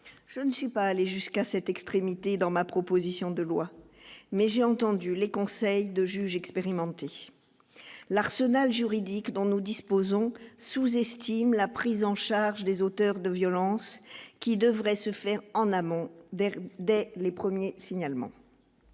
je ne suis pas allé jusqu'à cette extrémité dans ma proposition de loi mais j'ai entendu les conseils de juges expérimentés, l'arsenal juridique dont nous disposons, sous-estime la prise en charge des auteurs de violence qui devrait se faire en amont d'Airbus dès les premiers signalements,